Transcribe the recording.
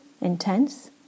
intense